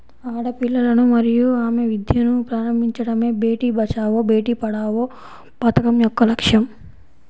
ఆడపిల్లలను మరియు ఆమె విద్యను ప్రారంభించడమే బేటీ బచావో బేటి పడావో పథకం యొక్క లక్ష్యం